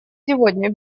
сегодня